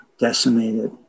decimated